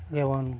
ᱡᱮᱢᱚᱱ